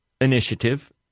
initiative